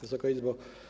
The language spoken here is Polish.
Wysoka Izbo!